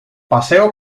paseo